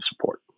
support